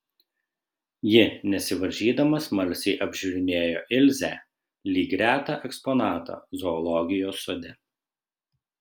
ji nesivaržydama smalsiai apžiūrinėjo ilzę lyg retą eksponatą zoologijos sode